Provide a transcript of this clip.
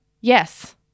yes